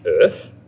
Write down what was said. earth